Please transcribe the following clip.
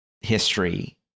history